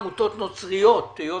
עמותות נוצריות היות